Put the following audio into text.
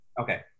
Okay